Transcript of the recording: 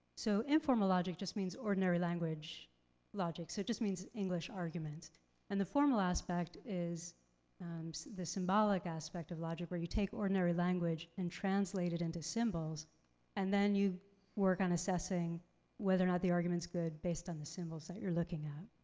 so informal logic just means ordinary language logic. so it just means english argument and the formal aspect is the symbolic aspect of logic where you take ordinary language and translate it into symbols and then you work on assessing whether or not the argument's good based on the symbols that you're looking at.